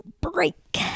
break